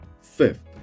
Fifth